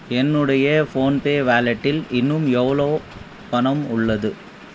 என்னுடைய ஃபோன்பே வாலெட்டில் இன்னும் எவ்வளவு பணம் உள்ளது